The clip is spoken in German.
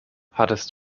hattest